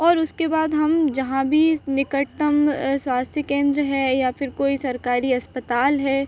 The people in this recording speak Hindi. और उसके बाद हम जहाँ भी निकटतम स्वास्थ्य केन्द्र है या फिर कोई सरकारी अस्पताल है